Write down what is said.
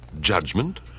Judgment